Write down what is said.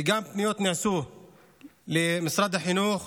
ונעשו גם פניות למשרד החינוך.